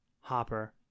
hopper